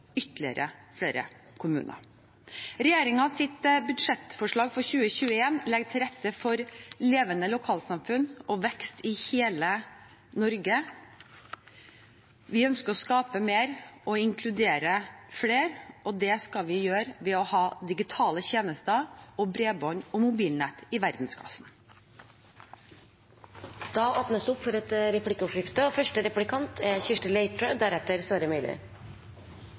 ytterligere kommuner. Regjeringens budsjettforslag for 2021 legger til rette for levende lokalsamfunn og vekst i hele Norge. Vi ønsker å skape mer og inkludere flere, og det skal vi gjøre ved å ha digitale tjenester, bredbånd og mobilnett i verdensklasse. Det blir replikkordskifte. Næringslivet etterlyser et